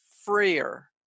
freer